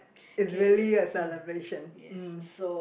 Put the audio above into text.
it's really a celebration mm